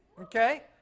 Okay